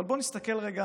אבל בואו נסתכל רגע